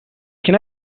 can